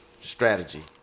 strategy